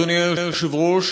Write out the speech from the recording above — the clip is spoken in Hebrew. אדוני היושב-ראש,